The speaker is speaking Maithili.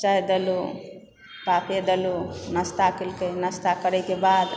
चाय देलहुँ नास्ता कैलकै नास्ता करैके बाद